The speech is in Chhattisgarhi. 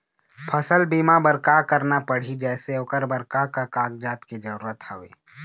फसल बीमा बार का करना पड़ही जैसे ओकर बर का का कागजात के जरूरत हवे?